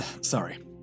sorry